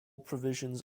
provisions